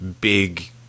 big